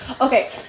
okay